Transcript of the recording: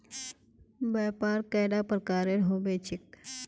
व्यापार कैडा प्रकारेर होबे चेक?